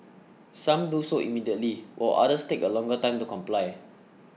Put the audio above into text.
some do so immediately while others take a longer time to comply